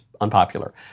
unpopular